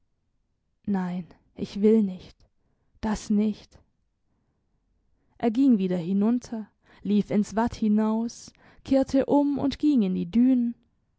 nein ich will nicht das nicht er ging wieder hinunter lief ins watt hinaus kehrte um und ging in die dünen